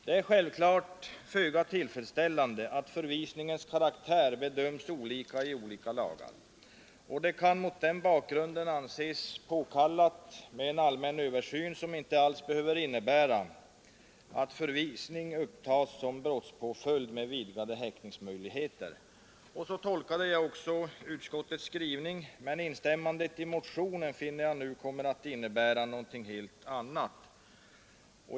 Det är självklart föga tillfredsställande att förvisningens karaktär bedöms olika i olika lagar, och det kan mot den bakgrunden anses påkallat med en allmän översyn, som inte alls behöver innebära att förvisning upptas som brottspåföljd med vidgade häktningsmöjligheter. Så tolkade jag också utskottets skrivning, men instämmandet i motionen, finner jag nu, kommer att innebära något helt annat.